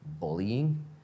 bullying